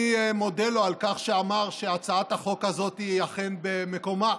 אני מודה לו על כך שאמר שהצעת החוק הזאת היא אכן במקומה,